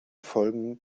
folgen